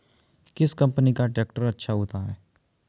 किस कंपनी का ट्रैक्टर अच्छा होता है?